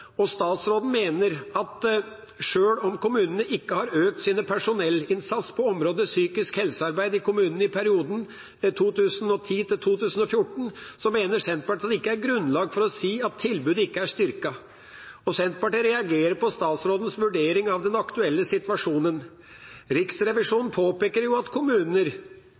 økt sin personellinnsats på området psykisk helsearbeid i kommunene i perioden 2010–2014, mener Senterpartiet at det ikke er grunnlag for å si at tilbudet ikke er styrket. Senterpartiet reagerer på statsrådens vurdering av den aktuelle situasjonen. Riksrevisjonen påpeker jo at kommuner